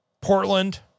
Portland